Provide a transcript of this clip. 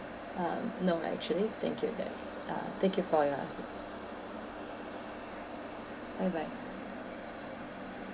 um no actually thank you that's uh thank you for your bye bye